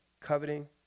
coveting